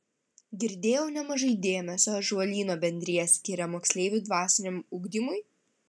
girdėjau nemažai dėmesio ąžuolyno bendrija skiria moksleivių dvasiniam ugdymui